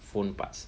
phone parts